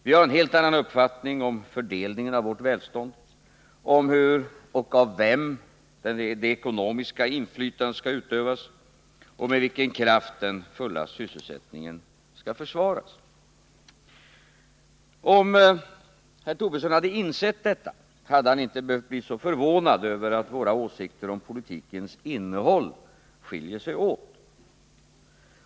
Vi har en helt annan uppfattning om fördelningen av välståndet samt när det gäller hur och av vem det ekonomiska inflytandet skall utövas och med vilken kraft den fulla sysselsättningen skall försvaras. Om herr Tobisson hade insett detta, hade han inte behövt bli så förvånad över att våra åsikter om politikens innehåll skiljer sig åt.